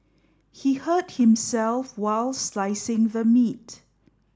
he hurt himself while slicing the meat